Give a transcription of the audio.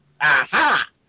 Aha